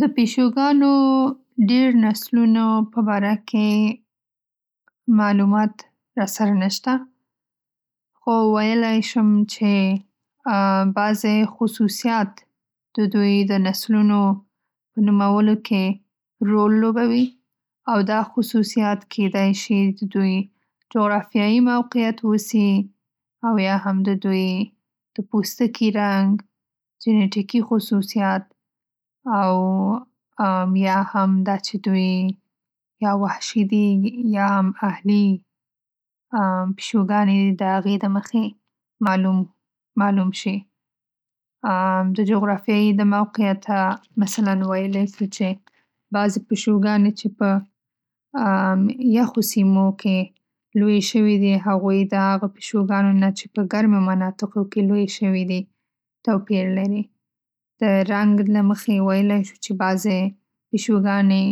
د پیشوګانو ډېر نسلونو په باره کې معلومات راسره نه شته خو ویلی شم چې بعضې خصوصیات د دوی نومولو کې رول لوبوي. ، او دا خصوصیات کېدای شي‌ د د وی جغرافیایي موقعیت ،‌اوسي او یا هم د دوی د پوستکي رنګ جنیټیکي خصوصیات، او یا هم دا چې دوی یا وحشي دی یا هم اهلي پیشوګانې‌ دي د هغې د مخې معلوم معلوم شي.‌ د جغرافیایي د موقعیته مثلا ویلی شو چې بعضې پیشوګانې چې په یخو سیمو کې لویې شوي دي هغوی د هغه پیشوګانو چې په ګرمو مناطقو کې لویې شوي دي توپیر لري. ‌د رنګ له مخې ویلی شو چې بعضې پیشوګانې